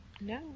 No